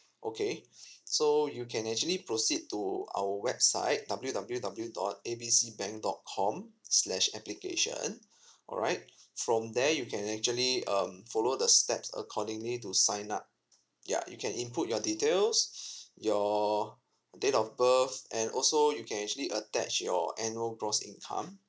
okay so you can actually proceed to our website W W W dot A B C bank dot com slash application alright from there you can actually um follow the steps accordingly to sign up ya you can input your details your date of birth and also you can actually attach your annual gross income